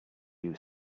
you